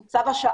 הוא צו השעה,